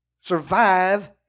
survive